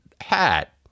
hat